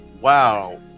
wow